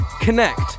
connect